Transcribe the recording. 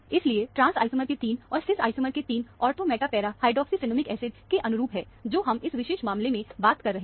इसलिए trans isomer के तीन और सीस आइसोमर के तीन ortho meta para hydroxycinnamic acid के अनुरूप है जो हम इस विशेष मामले में बात कर रहे हैं